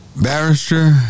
Barrister